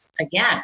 again